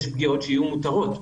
יש פגיעות שיהיו מותרות,